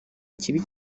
ikibi